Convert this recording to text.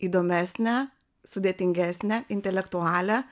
įdomesnę sudėtingesnę intelektualią